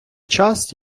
час